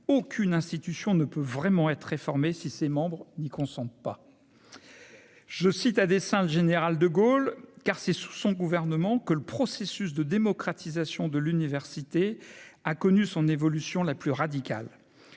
aucune institution ne peut vraiment être réformée si ses membres n'y consent pas, je cite à dessein, le général de Gaulle car c'est sous son gouvernement que le processus de démocratisation de l'université a connu son évolution la plus radicale